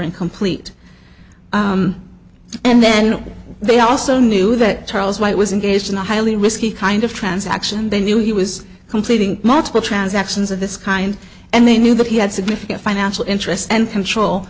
incomplete and then they also knew that charles white was engaged in a highly risky kind of transaction they knew he was completing multiple transactions of this kind and they knew that he had significant financial interest and control